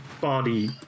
body